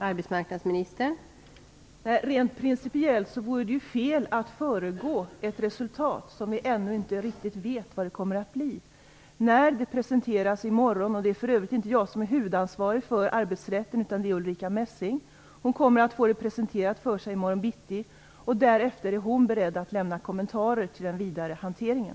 Fru talman! Rent principiellt vore det fel att föregå ett resultat som vi ännu inte vet någonting om. Det är för övrigt inte jag som är huvudansvarig för arbetsrätten, utan det är Ulrica Messing. Hon kommer att få förslaget presenterat för sig i morgon bitti, och därefter är hon beredd att lämna kommentarer till den vidare hanteringen.